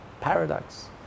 paradox